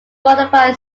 modified